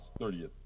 30th